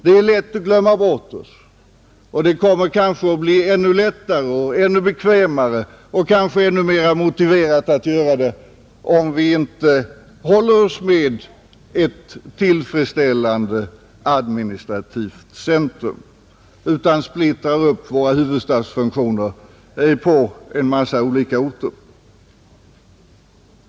Det är lätt att glömma bort oss, och det kommer kanske att bli ännu lättare, ännu bekvämare och kanske ännu mer motiverat att göra det, om vi inte håller oss med ett tillfredsställande administrativt centrum utan splittrar våra huvudstadsfunktioner på en massa olika orter.